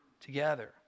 together